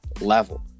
level